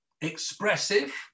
expressive